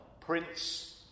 Prince